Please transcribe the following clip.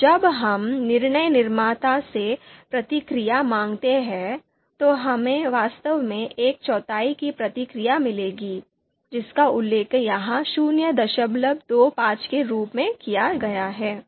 जब हम निर्णय निर्माता से प्रतिक्रियाएँ मांगते हैं तो हमें वास्तव में १४ की प्रतिक्रिया मिलेगी जिसका उल्लेख यहाँ ०२५ के रूप में किया गया है